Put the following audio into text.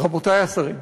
רבותי השרים,